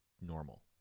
normal